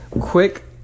quick